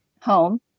Home